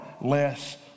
less